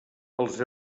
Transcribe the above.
els